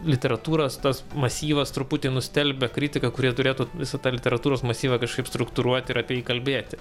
literatūros tas masyvas truputį nustelbia kritiką kuri turėtų visą tą literatūros masyvą kažkaip struktūruoti ir apie jį kalbėti